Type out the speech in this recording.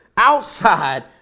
outside